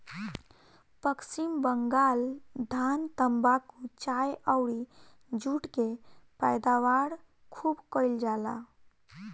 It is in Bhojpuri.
पश्चिम बंगाल धान, तम्बाकू, चाय अउरी जुट के पैदावार खूब कईल जाला